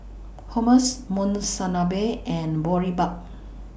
Hummus Monsunabe and Boribap